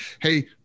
Hey